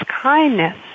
kindness